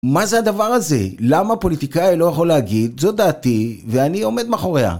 מה זה הדבר הזה? למה פוליטיקאי לא יכול להגיד, זו דעתי, ואני עומד מאחוריה.